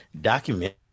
document